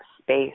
space